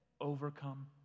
overcome